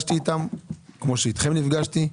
כמו שאתכם נפגשתי,